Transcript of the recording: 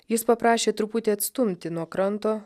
jis paprašė truputį atstumti nuo kranto